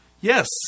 Yes